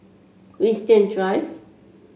Winstedt Drive